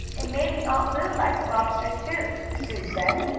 and maybe aunt lu likes lobsters, too, sue said.